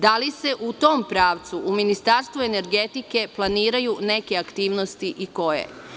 Da li se u tom pravcu u Ministarstvu energetike planiraju neke aktivnosti i koje?